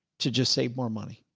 to just save more money.